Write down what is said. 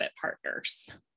partners